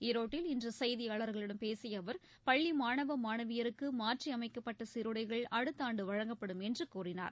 ஈரோட்டில் இன்று செய்தியாளர்களிடம் பேசிய அவர் பள்ளி மாணவ மாணவியருக்கு மாற்றியமைக்கப்பட்ட சீருடைகளை அடுத்த ஆண்டு வழங்கப்படும் என்று கூறினார்